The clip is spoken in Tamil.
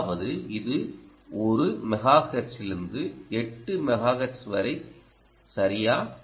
அதாவது இது 1 மெகாஹெர்ட்ஸிலிருந்து 8 மெகா ஹெர்ட்ஸ் வரை சரியா